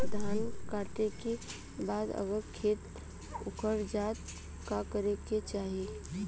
धान कांटेके बाद अगर खेत उकर जात का करे के चाही?